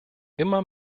immer